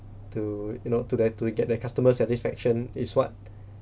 to you know to that to get the customer satisfaction is what